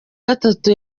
gatatu